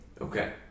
Okay